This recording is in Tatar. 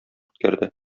үткәрде